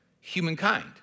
humankind